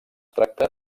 tracta